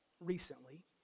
recently